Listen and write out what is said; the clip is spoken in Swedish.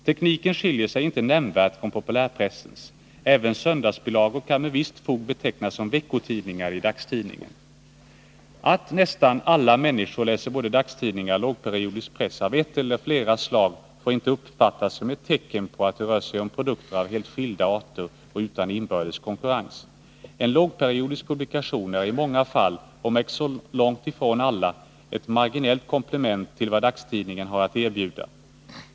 Tekniken skiljer sig inte nämnvärt från populärpressens. Även söndagsbilagor kan med visst fog betecknas som ”veckotidningar i dagstidningar”. Att nästan alla människor läser både dagstidningar och lågperiodisk press av ett eller flera slag får inte uppfattas som ett tecken på att det rör sig om produkter av helt skilda arter och utan inbördes konkurrens. En lågperiodisk publikation är i många fall, om också långt ifrån i alla, ett marginellt komplement till vad dagstidningen har att erbjuda.